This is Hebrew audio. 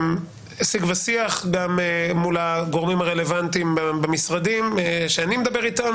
שיג ושיח גם מול הגורמים הרלוונטיים במשרדים שאני מדבר איתם.